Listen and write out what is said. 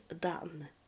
done